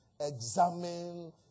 examine